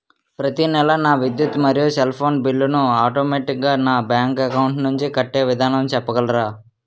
ప్రతి నెల నా విద్యుత్ మరియు సెల్ ఫోన్ బిల్లు ను ఆటోమేటిక్ గా నా బ్యాంక్ అకౌంట్ నుంచి కట్టే విధానం చెప్పగలరా?